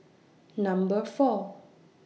Number four